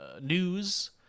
news